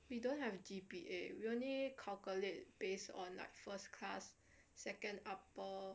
we don't have G_P_A we only calculated based on like first class second upper